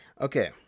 Okay